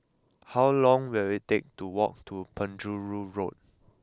how long will it take to walk to Penjuru Road